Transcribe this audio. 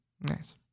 Nice